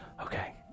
Okay